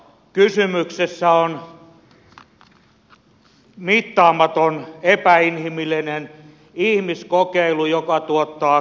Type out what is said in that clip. kysymyksessä on mittaamaton epäinhimillinen ihmiskokeilu joka tuottaa kärsimystä